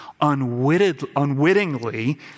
unwittingly